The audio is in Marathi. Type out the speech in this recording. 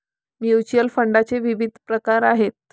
म्युच्युअल फंडाचे विविध प्रकार आहेत